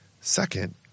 second